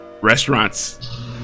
restaurants